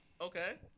Okay